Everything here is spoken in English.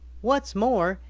what's more,